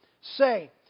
Say